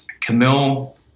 Camille